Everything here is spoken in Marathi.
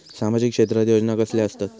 सामाजिक क्षेत्रात योजना कसले असतत?